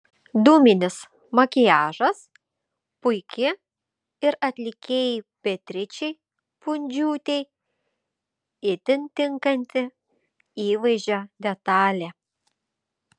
dūminis makiažas puiki ir atlikėjai beatričei pundžiūtei itin tinkanti įvaizdžio detalė